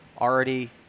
already